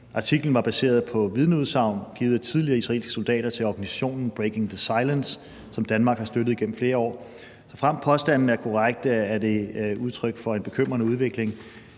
Artiklen var baseret på vidneudsagn givet af tidligere israelske soldater til organisationen Breaking the Silence, som Danmark har støttet igennem flere år. Såfremt påstandene er korrekte, er det udtryk for en bekymrende udvikling.